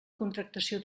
contractació